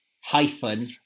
hyphen